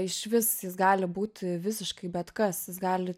išvis jis gali būti visiškai bet kas jis gali